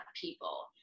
people